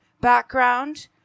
background